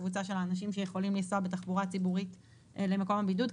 קבוצה של אנשים שיכולים לנסוע בתחבורה ציבורית למקום הבידוד.